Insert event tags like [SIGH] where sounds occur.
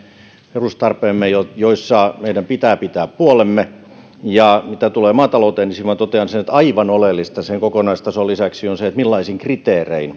perustarpeemme joissa meidän pitää pitää puolemme ja mitä tulee maatalouteen niin siihen minä totean sen että aivan oleellista sen kokonaistason lisäksi on se millaisin kriteerein [UNINTELLIGIBLE]